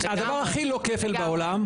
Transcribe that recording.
זה הדבר הכי לא כפל בעולם.